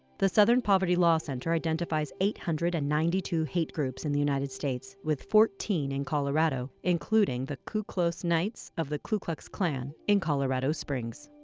the southern poverty law center identifies eight hundred and ninety two hate groups in the united states, with fourteen in colorado, including the ku klos knights of the ku klux klan in colorado springs.